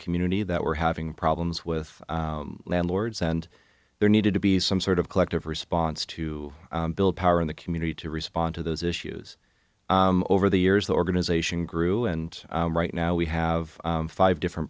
community that were having problems with landlords and there needed to be some sort of collective response to build power in the community to respond to those issues over the years the organization grew and right now we have five different